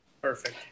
Perfect